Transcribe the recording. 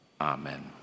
Amen